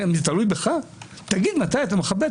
אם זה תלוי בך תגיד מתי אתה מכבד.